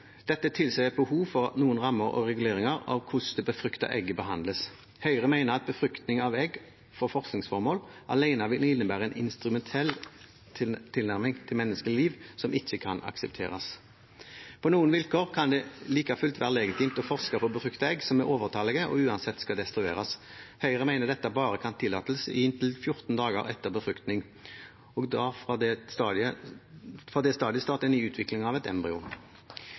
Dette tilsier et behov for noen rammer for og reguleringer av hvordan det befruktede egget behandles. Høyre mener at befruktning av egg for forskningsformål alene vil innebære en instrumentell tilnærming til menneskelig liv som ikke kan aksepteres. På noen vilkår kan det like fullt være legitimt å forske på befruktede egg som er overtallige og uansett skal destrueres. Høyre mener dette bare kan tillates i inntil 14 dager etter befruktning, da det fra dette stadiet starter en ny utvikling av et